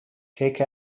کیک